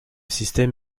système